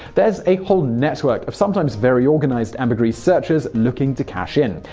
there's a whole network of sometimes very organized ambergris searchers looking to cash in.